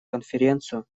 конференцию